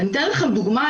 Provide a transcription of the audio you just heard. אני אתן לכם דוגמה,